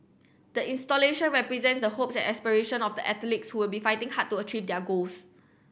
the installation represents the hopes and aspiration of the athletes who would be fighting hard to achieve their goals